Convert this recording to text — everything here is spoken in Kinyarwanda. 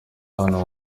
hano